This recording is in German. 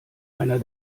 einer